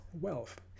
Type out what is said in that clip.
wealth